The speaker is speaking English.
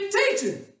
teaching